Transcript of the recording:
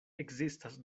ekzistas